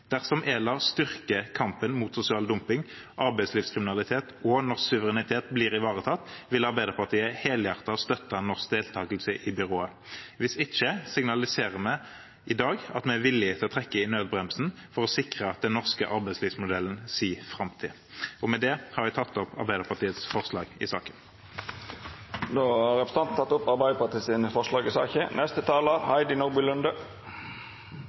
Dersom ELA styrker kampen mot sosial dumping og arbeidslivskriminalitet, og dersom norsk suverenitet blir ivaretatt, vil Arbeiderpartiet helhjertet støtte norsk deltakelse i byrået. Hvis ikke signaliserer vi i dag at vi er villig til å trekke i nødbremsen, for å sikre den norske arbeidslivsmodellens framtid. Med dette tar jeg opp Arbeiderpartiet og Sosialistisk Venstrepartis forslag i saken. Representanten Eigil Knutsen har teke opp